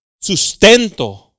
sustento